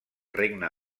regne